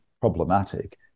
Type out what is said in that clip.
problematic